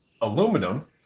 aluminum